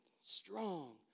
strong